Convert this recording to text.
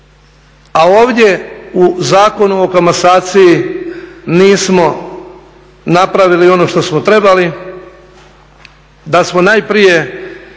a ovdje u Zakonu o komasaciji nismo napravili ono što smo trebali, da smo najprije